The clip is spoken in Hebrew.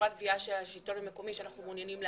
כחברת גבייה של השלטון המקומי שאנחנו מעוניינים להקים,